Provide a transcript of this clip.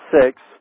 six